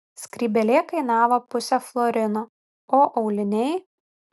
skrybėlė kainavo pusę florino o auliniai